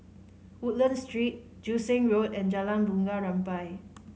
Woodlands Street Joo Seng Road and Jalan Bunga Rampai